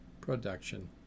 production